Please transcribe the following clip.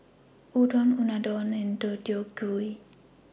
Udon Unadon and Deodeok Gui